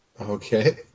Okay